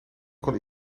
kon